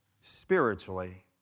spiritually